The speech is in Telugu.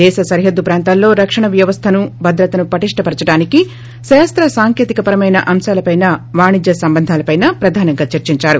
దేశ సరిహద్దు ప్రాంతాల్లో రక్షణ వ్యవస్థ భద్రతను పటిష్ట పరచడానికి శాస్త సాంకేతిక పరమైన అంశాలపైన వాణిజ్య సంబంధాలపైన ప్రధానంగా చర్చించారు